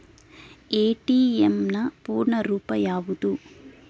ATM ನ ಪೂರ್ಣ ರೂಪ ಯಾವುದು?